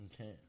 Okay